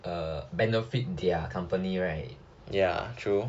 uh benefit their company right